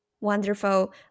Wonderful